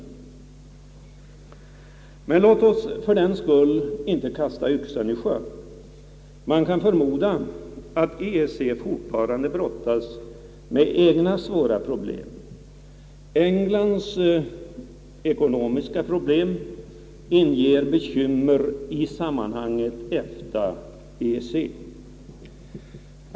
Låt oss för den skull inte kasta yxan i sjön. Man kan förmoda att EEC fortfarande brottas med egna svåra problem. Englands ekonomiska svårigheter inger bekymmer i sammanhanget EFTA—EEC.